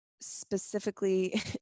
specifically